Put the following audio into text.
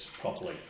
properly